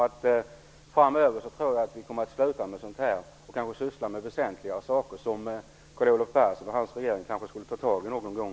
Jag tror att vi kommer att sluta med sådant här framöver och i stället syssla med väsentligare saker. Det skulle kanske Carl Olov Persson och hans regering ta tag i någon gång.